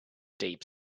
deep